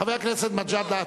חבר הכנסת מג'אדלה,